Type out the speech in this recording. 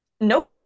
Nope